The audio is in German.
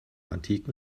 antiken